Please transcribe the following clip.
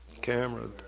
camera